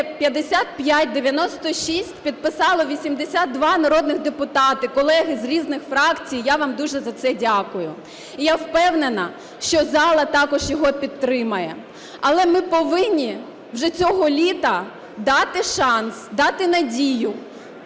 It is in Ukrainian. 5596 підписали 82 народні депутати, колеги з різних фракцій. Я вам дуже за це дякую. І я впевнена, що зала також його підтримає. Але ми повинні вже цього літа дати шанс, дати надію